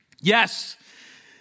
Yes